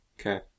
Okay